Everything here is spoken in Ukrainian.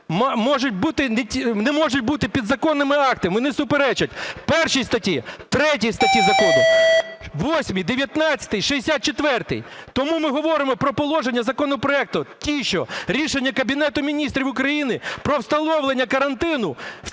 не можуть бути підзаконними актами, вони суперечать 1 статті, 3 статті закону, 8-й, 19-й, 64-й. Тому ми говоримо про положення законопроекту, ті, що рішення Кабінету Міністрів України про встановлення карантину